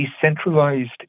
decentralized